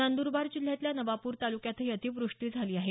नंदरबार जिल्ह्यातल्या नवापूर तालुक्यातही अतिवृष्टी झाली आहे